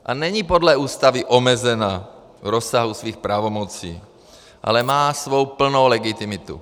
A není podle Ústavy omezena v rozsahu svých pravomocí, ale má svou plnou legitimitu.